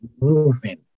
moving